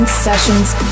sessions